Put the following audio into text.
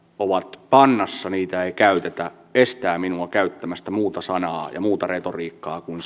ovat pannassa ja niitä ei käytetä estävät minua käyttämästä muuta sanaa ja muuta retoriikkaa kuin